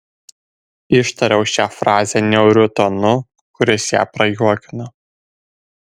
ištariau šią frazę niauriu tonu kuris ją prajuokino